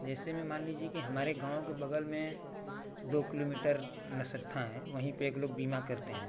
जैसे में मान लीजिए कि हमारे गाँव के बगल में दो किलोमीटर में संस्था है वही पे एक लोग बीमा करते हैं